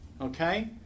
okay